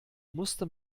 musste